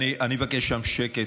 אני מבקש שם שקט,